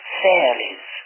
fairies